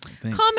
Comment